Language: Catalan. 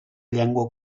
llengua